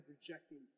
rejecting